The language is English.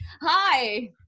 Hi